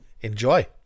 Enjoy